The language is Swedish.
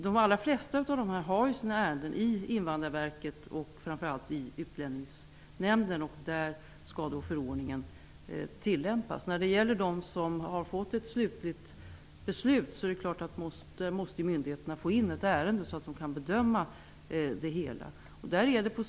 De allra flesta har sina ärenden i Invandrarverket och framför allt i Utlänningsnämnden, och där skall förordningen tillämpas. I de fall det gäller dem som har fått ett slutligt beslut är det klart att myndigheterna måste få in ett ärende för att kunna göra en bedömning av det hela.